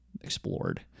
explored